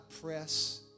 press